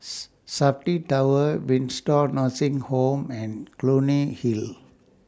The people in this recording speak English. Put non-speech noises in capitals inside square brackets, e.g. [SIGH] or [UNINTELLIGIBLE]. [NOISE] Safti Tower [UNINTELLIGIBLE] Nursing Home and Clunny Hill